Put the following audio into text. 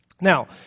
Now